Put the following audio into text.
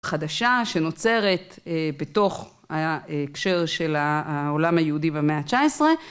חדשה שנוצרת בתוך ההקשר של העולם היהודי במאה ה-19.